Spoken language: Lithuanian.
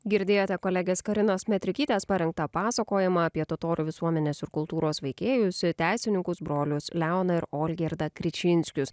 girdėjote kolegės karinos metrikytės parengtą pasakojimą apie totorių visuomenės ir kultūros veikėjus teisininkus brolius leoną ir olgirdą kričinskius